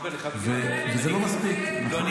וזה לא מספיק, נכון.